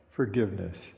Forgiveness